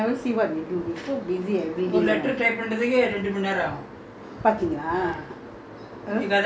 you you come and see ah you got come and see my office ah do [what] ah you never see what we do we are so busy everyday you know